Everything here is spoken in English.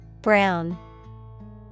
Brown